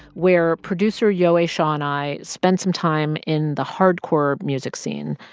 where producer yowei shaw and i spent some time in the hardcore music scene.